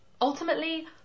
ultimately